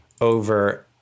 over